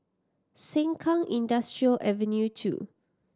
Sengkang Industrial Avenue Two